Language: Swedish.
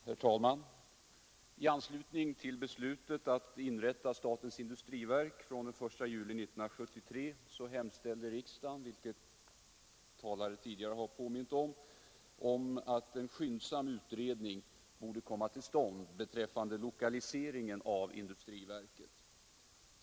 Herr talman! I anslutning till beslutet att inrätta statens industriverk från den 1 juli 1973 hemställde riksdagen, vilket tidigare talare här har nämnt, om en skyndsam utredning beträffande lokaliseringen av industriverket.